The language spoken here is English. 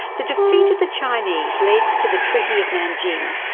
the defeat of the chinese led to the treaty of nanjing,